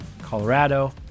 Colorado